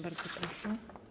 Bardzo proszę.